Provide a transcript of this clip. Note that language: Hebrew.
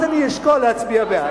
אז אני אשקול להצביע בעד.